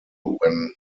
when